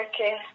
Okay